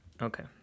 Okay